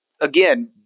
Again